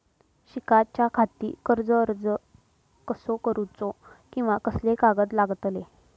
शिकाच्याखाती कर्ज अर्ज कसो करुचो कीवा कसले कागद लागतले?